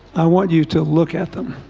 i want you to look at them?